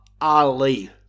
Ali